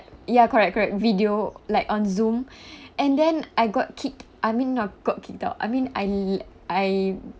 ya correct correct video like on Zoom and then I got kicked I mean not got kicked out I mean I l~ I